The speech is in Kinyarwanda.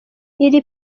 iri